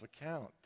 account